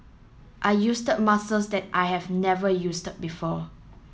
I muscles that I have never before